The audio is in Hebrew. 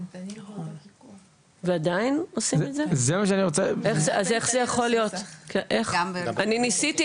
רטלין זה - איך זה יכול להיות, אני ניסיתי